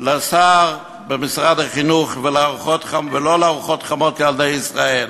לשר במשרד החינוך, ולא ארוחות חמות לילדי ישראל.